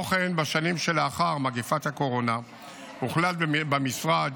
כמו כן, בשנים שלאחר מגפת הקורונה הוחלט במשרד